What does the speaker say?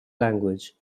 language